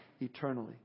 eternally